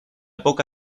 poca